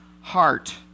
heart